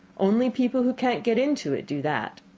only people who can't get into it do that.